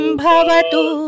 bhavatu